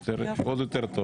עוד יותר טוב.